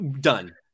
done